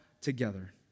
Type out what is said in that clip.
together